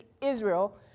Israel